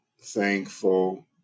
thankful